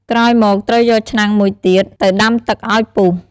ក្រោយមកត្រូវយកឆ្នាំងមួយទៀត ទៅដាំទឹកឲ្យពុះ។